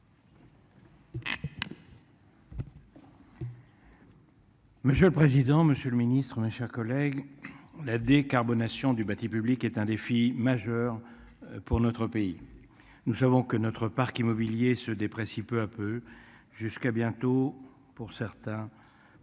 Monsieur le président, Monsieur le Ministre, mes chers collègues, la décarbonation du bâti public est un défi majeur pour notre pays. Nous savons que notre parc immobilier se déprécie peu à peu, jusqu'à bientôt pour certains.